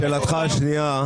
לשאלתך השנייה,